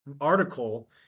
article